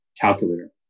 calculator